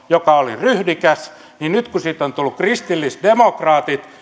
joka oli ryhdikäs on tullut kristillisdemokraatit